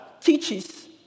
teaches